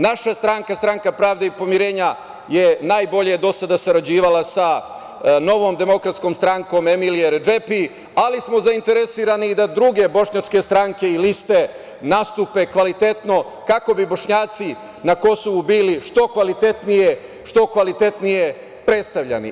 Naša stranka, Stranka pravde i pomirenja je najbolje do sada sarađivala sa Novom demokratskom strankom Emilije Redžepi, ali smo zainteresovani i da druge bošnjačke stranke i liste nastupe kvalitetno kako bi Bošnjaci na Kosovu bili što kvalitetnije predstavljani.